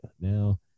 Now